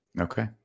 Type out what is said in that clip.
Okay